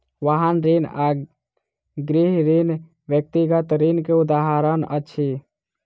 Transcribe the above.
वाहन ऋण आ गृह ऋण व्यक्तिगत ऋण के उदाहरण अछि